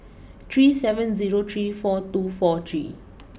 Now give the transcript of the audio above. three seven zero three four two four three